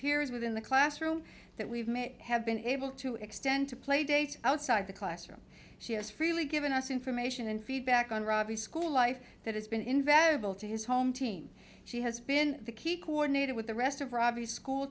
peers within the classroom that we have been able to extend to play dates outside the classroom she has freely given us information and feedback on rabi school life that has been invaluable to his home team she has been the key coordinated with the rest of ravi school